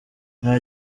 nta